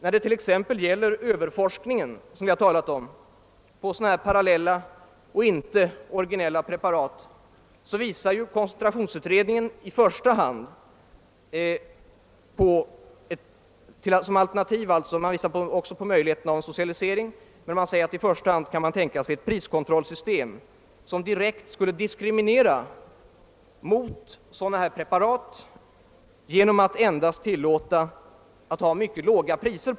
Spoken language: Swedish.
När det gäller den överforskning som vi har talat om — alltså forskning beträffande parallella och icke originella preparat — visar koncentrationsutredningen på möjligheten av en socialisering, men i första hand tänker sig utredningen ett priskontrollsystem som direkt skulle diskriminera sådana preparat genom att endast tillåta att de åsättes mycket låga priser.